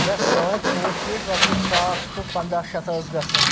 یس سٲنۍ ژوٗنٛٹھۍ پیٖٹ رۄپیہِ ساس ٹُو پنٛداہ شِیٖتھ ٲسۍ گَژھان